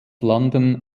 london